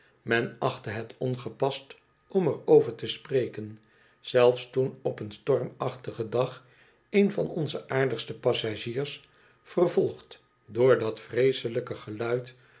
men achtte het ongepast om er over te spreken zelfs toen op een stormachtigen dag een van onze aardigste passagiers vervolgd door dat vreeselijke geluid